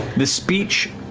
the speech